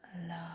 love